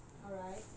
alright